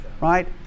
Right